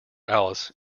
alice